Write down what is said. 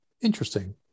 interesting